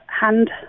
hand